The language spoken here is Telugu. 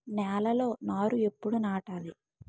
నేలలో నారు ఎప్పుడు నాటాలి?